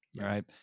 Right